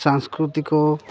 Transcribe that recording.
ସାଂସ୍କୃତିକ